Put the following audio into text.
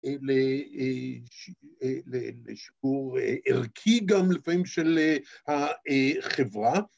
לשיעור ערכי גם לפעמים של החברה.